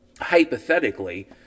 hypothetically